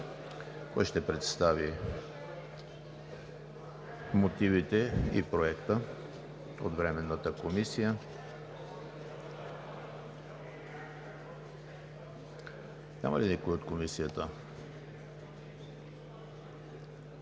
Кой ще представи мотивите и Проекта от Временната комисия? Няма ли никой от Комисията?